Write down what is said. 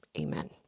amen